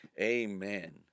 Amen